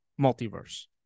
multiverse